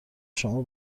شما